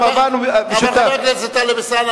חבר הכנסת טלב אלסאנע,